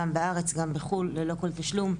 גם בארץ וגם בחוץ לארץ ללא כל תשלום,